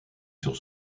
sur